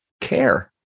care